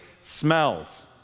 smells